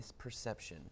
misperception